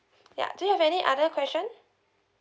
yeah do you have any other question